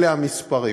אלה המספרים.